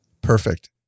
Perfect